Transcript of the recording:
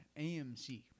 AMC